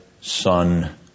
Son